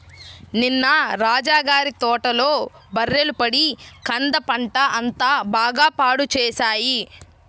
నిన్న రాజా గారి తోటలో బర్రెలు పడి కంద పంట అంతా బాగా పాడు చేశాయి